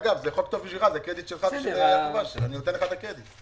אגב, זה קרדיט שלך - אני נותן לך את הקרדיט.